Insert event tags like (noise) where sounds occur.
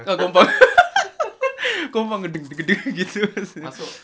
kompang (laughs) kompang (noise) gitu